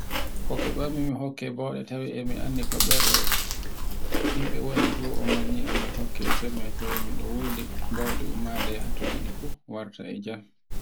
ko kebanmi mi hokke bawɗe tawi e anndi ko ɓernde yimbe anndi fu ummanni e mi hokkke e sembe du wodi bawɗe ummade yaha to yiɗi fu warta e jam.